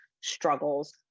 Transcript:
struggles